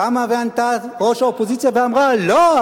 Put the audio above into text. קמה וענתה ראש האופוזיציה ואמרה: לא,